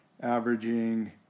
averaging